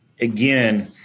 again